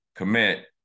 Commit